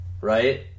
right